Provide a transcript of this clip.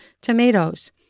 tomatoes